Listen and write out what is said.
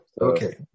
Okay